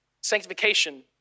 Sanctification